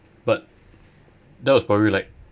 but that was probably like